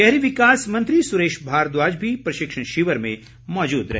शहरी विकास मंत्री सुरेश भारद्वाज भी प्रशिक्षण शिविर में मौजूद रहे